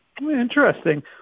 Interesting